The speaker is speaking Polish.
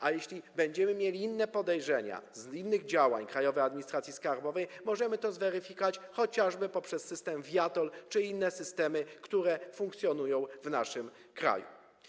A jeśli będziemy mieli inne podejrzenia, w wyniku innych działań Krajowej Administracji Skarbowej, możemy to zweryfikować chociażby poprzez system viaTOLL czy inne systemy, które funkcjonują w naszym kraju.